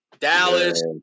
Dallas